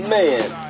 Man